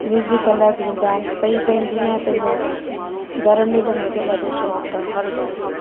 musical हूंदा dance पेई कंदी आहियां पंहिंजो घर में बि मूंखे ॾाढो शौक़ु आहे हर ॻाल्हि जो